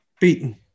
Beaten